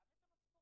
גם את המשכורות,